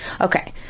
Okay